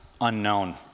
unknown